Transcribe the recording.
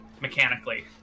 mechanically